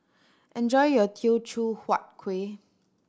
enjoy your Teochew Huat Kuih